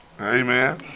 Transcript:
Amen